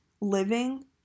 living